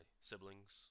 siblings